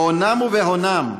באונם ובהונם,